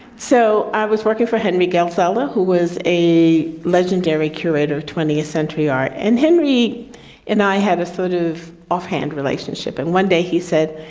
so i was working for henty geldzahler, who was a legendary curator of twentieth century art and henry and i had a sort of off hand relationship. and one day he said,